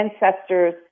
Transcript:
ancestors